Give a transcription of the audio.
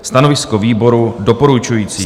Stanovisko výboru: doporučující.